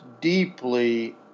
deeply